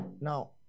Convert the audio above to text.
Now